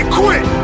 quit